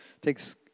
takes